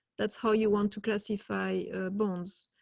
that's how you want to classify bonds.